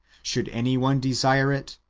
should any one desire it,